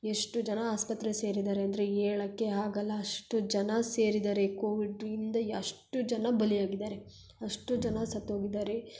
ಎಷ್ಟು ಜನ ಆಸ್ಪತ್ರೆಗೆ ಸೇರಿದ್ದಾರೆ ಅಂದರೆ ಹೇಳಕ್ಕೆ ಆಗಲ್ಲ ಅಷ್ಟು ಜನ ಸೇರಿದ್ದಾರೆ ಈ ಕೋವಿಡಿಂದ ಎಷ್ಟು ಜನ ಬಲಿ ಆಗಿದ್ದಾರೆ ಅಷ್ಟು ಜನ ಸತ್ತೋಗಿದ್ದಾರೆ